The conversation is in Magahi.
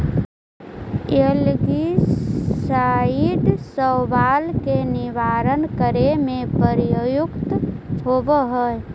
एल्गीसाइड शैवाल के निवारण करे में प्रयुक्त होवऽ हई